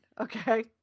Okay